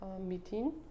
Meeting